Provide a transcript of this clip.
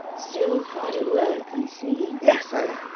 still hard at work, i see. yes i am.